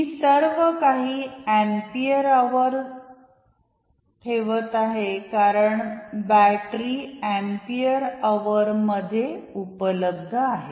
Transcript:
मी सर्व काही ampere hour ठेवत आहे कारण बॅटरी अँपिअर अवर मध्ये उपलब्ध आहेत